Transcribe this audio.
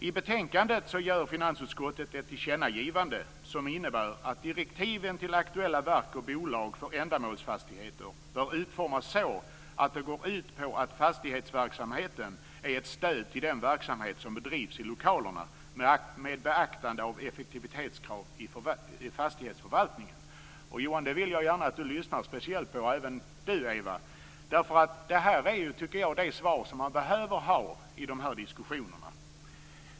I betänkandet gör finansutskottet ett tillkännagivande som innebär att direktiven till aktuella verk och bolag för ändamålsfastigheter bör utformas så att det går ut på att fastighetsverksamheten är ett stöd till den verksamhet som bedrivs i lokalerna med beaktande av effektivitetskrav i fastighetsförvaltningen. Det här vill jag gärna att Johan Lönnroth och även Ewa Larsson lyssnar speciellt på. Det här är det svar, tycker jag, som man behöver ha i de här diskussionerna.